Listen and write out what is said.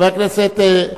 חבר הכנסת,